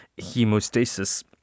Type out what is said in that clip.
Hemostasis